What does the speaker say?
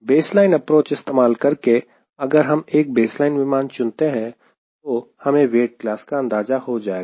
baseline approach इस्तेमाल करके अगर हम एक बेसलाइन विमान चुनते हैं तो हमें वेट क्लास का अंदाजा हो जाएगा